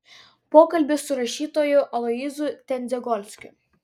pokalbis su rašytoju aloyzu tendzegolskiu